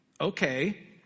okay